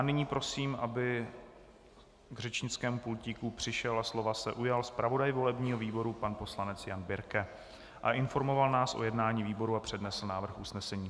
Nyní prosím, aby k řečnickému pultíku přišel a slova se ujal zpravodaj volebního výboru pan poslanec Jan Birke a informoval nás o jednání výboru a přednesl návrh usnesení.